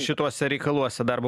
šituose reikaluose darbo